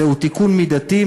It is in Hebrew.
זהו תיקון מידתי,